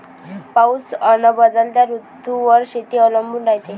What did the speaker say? पाऊस अन बदलत्या ऋतूवर शेती अवलंबून रायते